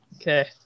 Okay